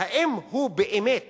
אם הוא באמת